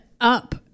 up